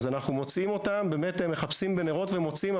אז אנחנו מחפשים אותם בנרות ומוצאים,